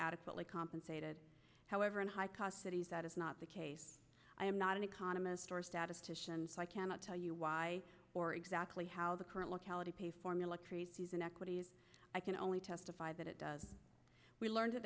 adequately compensated however in high cost cities that is not the case i am not an economist or statistician so i cannot tell you why or exactly how the current locality pay for military these inequities i can only testify that it does we learned t